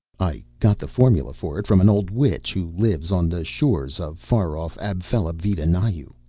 i got the formula for it from an old witch who lives on the shores of far off apfelabvidanahyew.